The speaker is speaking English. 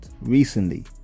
recently